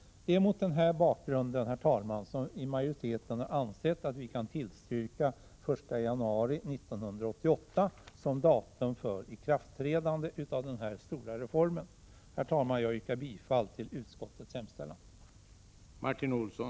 Det är mot denna bakgrund majoriteten har ansett att den kan tillstyrka den 1 januari 1988 som datum för ikraftträdande av den här stora reformen. Herr talman! Jag yrkar bifall till utskottets hemställan.